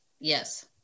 Yes